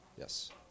Yes